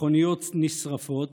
מכוניות נשרפות,